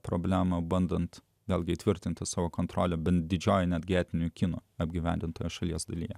problemą bandant vėlgi įtvirtinti savo kontrolę bent didžioji netgi etninių kinų apgyvendintoje šalies dalyje